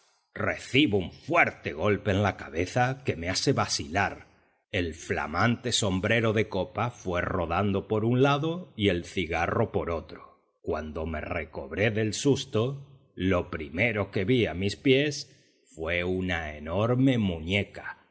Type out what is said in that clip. recibo un fuerte golpe en la cabeza que me hace vacilar el flamante sombrero de copa fue rodando por un lado y el cigarro por otro cuando me recobré del susto lo primero que vi a mis pies fue una enorme muñeca